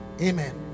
amen